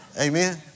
Amen